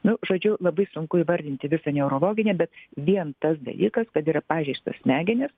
nu žodžiu labai sunku įvardinti visą neurologinę bet vien tas dalykas kad yra pažeistos smegenys